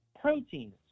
proteins